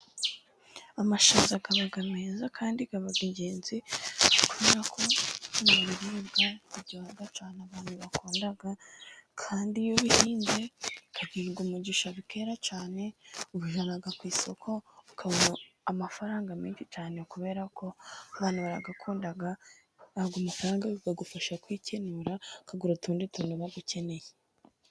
Amashaza aba meza, kandi aba ingenzi kubera ko ni ibiribwa biryoha cyane abantu bakunda kandi iyo ubihinze, ukagirirwa umugisha bikera cyane ,ubijyana ku isoko ukabona amafaranga menshi cyane, kubera ko abantu barayakunda ,bakaguha amafaranga bikagufasha kwikenura ukagura utundi tuntu uba ukeneye.